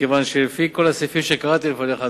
מכיוון שלפי כל הסעיפים שקראתי לפניך,